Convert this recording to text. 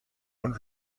und